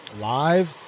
Live